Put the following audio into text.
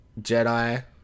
Jedi